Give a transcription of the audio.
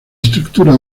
estructura